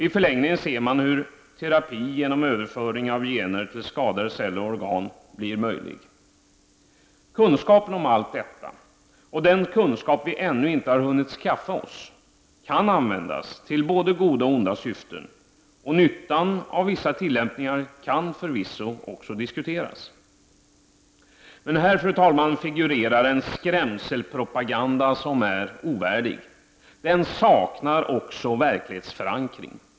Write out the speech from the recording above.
I förlängningen ser man hur terapi genom överföring av gener till skadade celler och organ blir möjlig. Kunskapen om allt detta och den kunskap vi ännu inte har hunnit skaffa oss kan användas till både goda och onda syften, och nyttan av vissa tillämpningar kan diskuteras. Fru talman! Här figurerar en skrämselpropaganda som är ovärdig. Den saknar också verklighetsförankring.